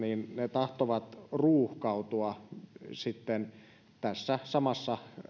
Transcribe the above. tahtovat ruuhkautua sitten tässä samassa